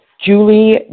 Julie